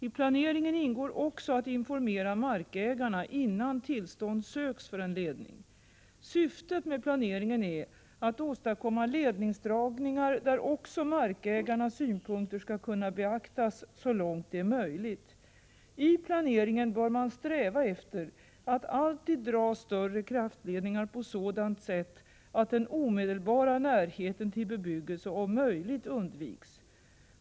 I planeringen ingår också att informera markägarna innan tillstånd söks för en ledning. Syftet med planeringen är att åstadkomma ledningsdragningar där också markägarnas synpunkter skall kunna beaktas så långt det är möjligt. I planeringen bör man sträva efter att alltid dra större kraftledningar på sådant sätt att den omedelbara närheten till bebyggelse om möjligt undviks.